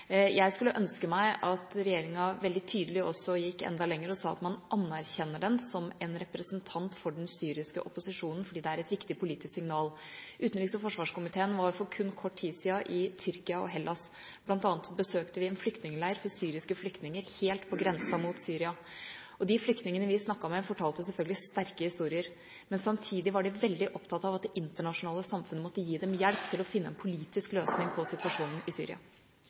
Jeg kunne ønske at regjeringa veldig tydelig gikk enda lengre, og sa at man anerkjenner den som en representant for den syriske opposisjonen, fordi det er et viktig politisk signal. Utenriks- og forsvarskomiteen var for kun kort tid siden i Tyrkia og Hellas, bl.a. besøkte vi en flyktningleir for syriske flyktninger helt mot grensen til Syria. De flyktningene vi snakket med, fortalte selvfølgelig sterke historier, men samtidig var de veldig opptatt av at det internasjonale samfunnet måtte gi dem hjelp til å finne en politisk løsning på situasjonen i Syria.